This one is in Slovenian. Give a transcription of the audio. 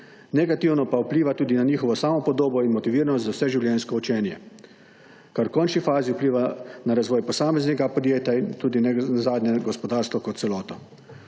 negativno pa vpliva tudi na njihovo samopodobo in motiviranost za vseživljenjsko učenje, kar v končni fazi vpliva na razvoj posameznika, podjetja in tudi nenazadnje gospodarstva kot celoto.